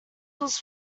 was